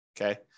Okay